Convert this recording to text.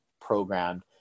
programmed